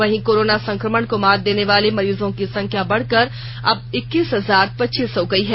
वहीं कोरोना संकमण को मात देने वाले मरीजों की संख्या बढ़कर अब इक्कीस हजार पच्चीस हो गयी है